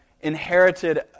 inherited